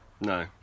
no